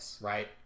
right